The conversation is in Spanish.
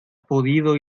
podido